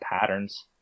patterns